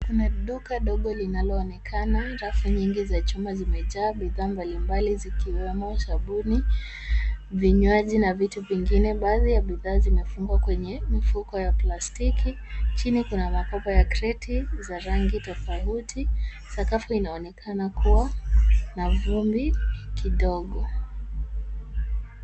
Kuna duka ndogo linaloonekana. Rafu nyingi za chuma zimejaa bidhaa mbalimbali zikiwemo sabuni, vinywaji na vitu vingine. Baadhi ya bidhaa zimefungwa kwenye mifuko ya plastiki. Chini kuna makopo ya kreti za rangi tofauti. Sakafu inaonekana kuwa na vumbi kidogo.